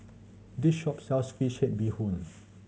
this shop sells fish head bee hoon